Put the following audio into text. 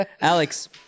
Alex